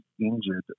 injured